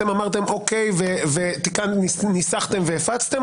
ואתם אמרתם אוקיי וניסחתם והפצתם?